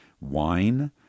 wine